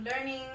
learning